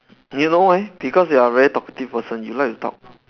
you know why because you are a very talkative person you like to talk